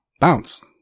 Bounce